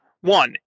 one